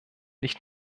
nicht